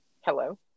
Hello